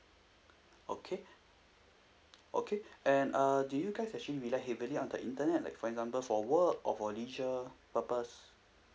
okay okay and uh do you guys actually rely heavily on the internet like for example for work or for leisure purpose